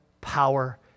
power